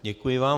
Děkuji vám.